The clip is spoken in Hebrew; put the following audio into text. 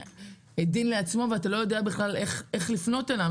ואתה לא יודע איך לפנות אליו.